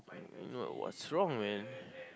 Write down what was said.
you know what's wrong man